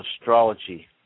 astrology